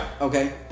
Okay